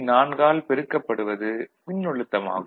4 ஆல் பெருக்கப்படுவது மின்னழுத்தமாகும்